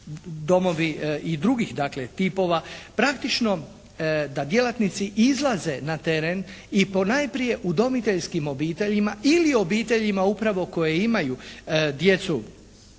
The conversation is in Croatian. domovi i drugih dakle tipova praktično da djelatnici izlaze na teren i ponajprije udomiteljskim obiteljima ili obiteljima upravo koje imaju djecu